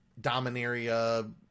Dominaria